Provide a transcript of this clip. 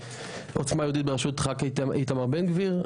"עוצמה יהודית בראשות ח"כ איתמר בן גביר"